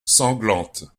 sanglante